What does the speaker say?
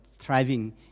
thriving